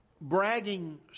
bragging